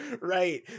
right